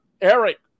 Eric